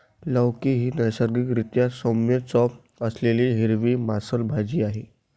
लौकी ही नैसर्गिक रीत्या सौम्य चव असलेली हिरवी मांसल भाजी आहे